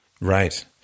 Right